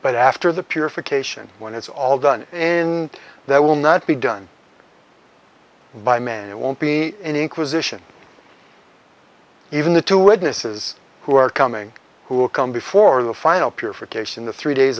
but after the purification when it's all done in that will not be done by man it won't be an inquisition even the two witnesses who are coming who will come before the final purification the three days